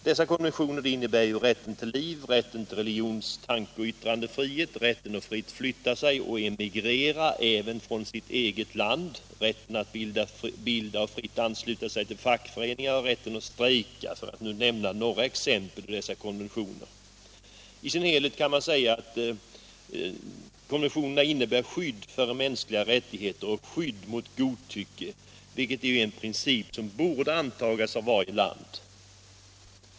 Dessa konventioner innebär rätten till liv, rätten till religions-, tankeoch yttrandefrihet, rätten att fritt flytta och emigrera även från sitt eget land, rätten att bilda och fritt ansluta sig till fackföreningar och rätten att strejka — för att nu nämna några exempel ur dessa konventioner. I sin helhet innebär konventionerna skydd för mänskliga rättigheter och skydd mot godtycke, vilket är principer som borde kunna antagas av varje land.